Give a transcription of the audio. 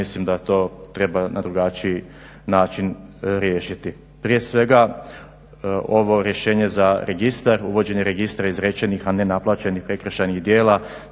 mislim da to treba na drugačiji način riješiti. Prije svega ovo rješenje za registar, uvođenje registra izrečenih a nenaplaćenih prekršajnih djela